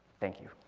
thank you.